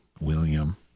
William